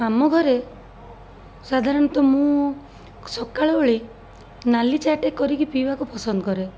ଆମ ଘରେ ସାଧାରଣତଃ ମୁଁ ସକାଳ ଓଳି ନାଲି ଚା'ଟେ କରିକି ପିଇବାକୁ ପସନ୍ଦ କରେ